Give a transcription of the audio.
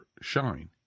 shine